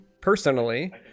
personally